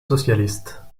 socialistes